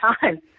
time